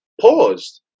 paused